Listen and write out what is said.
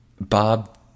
Bob